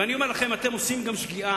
ואני אומר לכם: אתם עושים שגיאה.